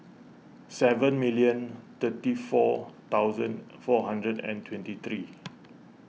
seven million thirty four thousand four hundred and twenty three